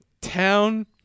town